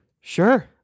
Sure